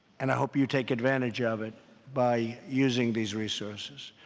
and i hope you take advantage of it by using these resources.